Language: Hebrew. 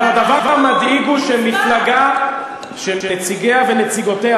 אבל הדבר הוא שמפלגה שנציגיה ונציגותיה,